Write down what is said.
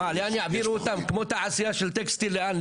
מה יעבירו אותם כמו תעשייה של טקסטיל לאן,